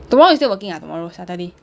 tomorrow you still working ah tomorrow saturday